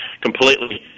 completely